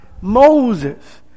Moses